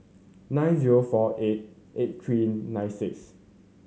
nine zero four eight eight three nine six